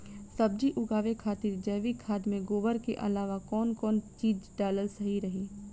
सब्जी उगावे खातिर जैविक खाद मे गोबर के अलाव कौन कौन चीज़ डालल सही रही?